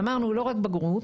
אמרנו לא רק בגרות,